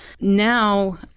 Now